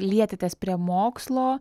lietėtės prie mokslo